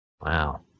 wow